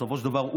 בסופו של דבר.